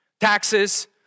taxes